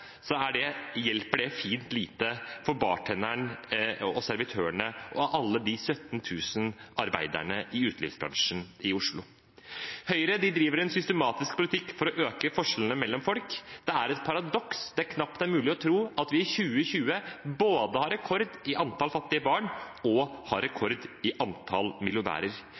hjelper det fint lite for bartenderen, servitørene og alle de 17 000 arbeiderne i utelivsbransjen i Oslo. Høyre driver en systematisk politikk for å øke forskjellene mellom folk. Det er et paradoks det knapt er mulig å tro, at vi i 2020 både har rekord i antall fattige barn og rekord i antall